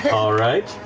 all right,